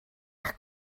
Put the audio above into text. eich